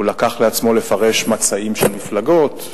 הוא לקח על עצמו לפרש מצעים של מפלגות,